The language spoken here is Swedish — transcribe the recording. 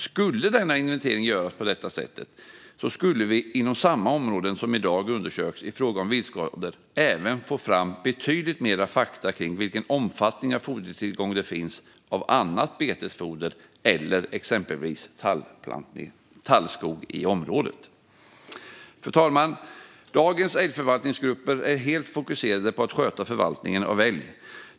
Skulle denna inventering göras på detta sätt skulle vi inom samma områden som i dag undersöks i fråga om viltskador även få fram betydligt mer fakta om i vilken omfattning det finns tillgång på annat betesfoder eller exempelvis tallskog i området. Fru talman! Dagens älgförvaltningsgrupper är helt fokuserade på att sköta förvaltningen av älg.